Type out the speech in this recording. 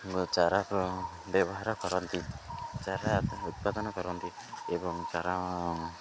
ଚାରା ବ୍ୟବହାର କରନ୍ତି ଚାରା ଉତ୍ପାଦନ କରନ୍ତି ଏବଂ ଚାରା